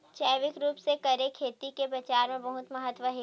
जैविक रूप से करे खेती के बाजार मा बहुत महत्ता हे